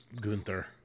Gunther